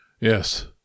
Yes